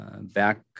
back